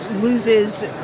loses